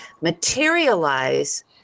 materialize